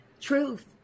truth